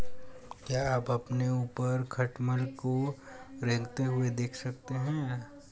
क्या आप अपने ऊपर खटमल को रेंगते हुए देख सकते हैं?